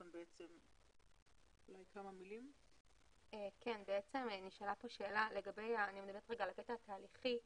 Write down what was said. אני מדברת כרגע על הקטע התהליכי.